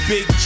Big